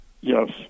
Yes